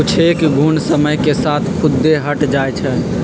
कुछेक घुण समय के साथ खुद्दे हट जाई छई